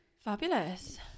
Fabulous